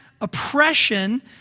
oppression